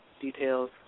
Details